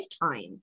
lifetime